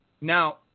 Now